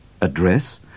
address